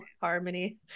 harmony